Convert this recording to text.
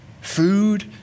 Food